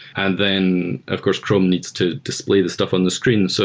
and then of course chrome needs to display this stuff on the screen. so